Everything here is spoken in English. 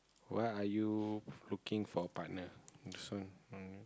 why are you looking for a partner so